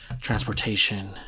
transportation